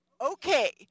okay